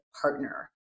partner